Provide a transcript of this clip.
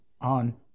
on